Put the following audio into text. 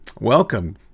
welcome